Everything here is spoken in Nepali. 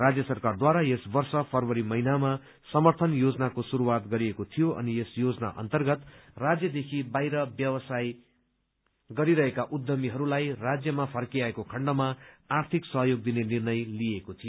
राज्य सरकारद्वारा यस वर्ष फरवरी महिनामा समर्थन योजनाक्वे श्रुसूआत गरिएको थियो अनि यस योजना अन्तर्गत राज्यदेखि बाहिर व्यवसाय गरिरहेका उद्यमीहरूलाई राज्यमा फर्किआएको खण्डमा आर्थिक सहयोग दिने निर्णय लिइएको थियो